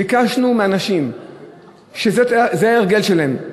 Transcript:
ביקשנו שאנשים שזה ההרגל שלהם,